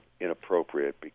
inappropriate